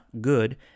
good